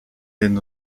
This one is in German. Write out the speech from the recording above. den